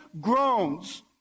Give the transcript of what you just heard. groans